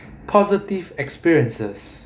positive experiences